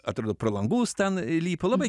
atrodo pro langus ten lipo labai